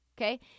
okay